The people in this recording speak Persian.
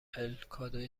الکادوی